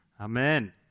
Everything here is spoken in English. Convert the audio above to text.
Amen